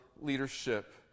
leadership